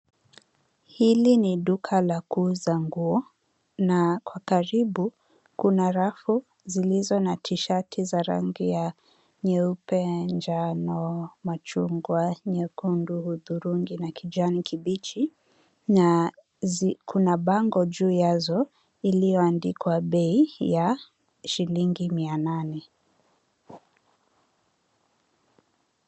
Hili ni duka la kuuza nguo na kwa karibu kuna rafu zilizo na (cs)T-shirt(cs) za rangi nyeupe, njano, machungwa, nyekundu, dhurungi, na kijani kibichi. Na kuna bango juu yake lililoandikwa bei ya shilingi mia nane.